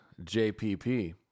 JPP